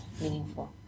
meaningful